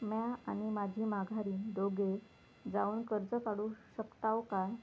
म्या आणि माझी माघारीन दोघे जावून कर्ज काढू शकताव काय?